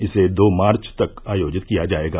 इसे दो मार्च तक आयोजित किया जाएगा